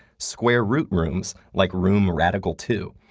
square root rooms, like room radical two,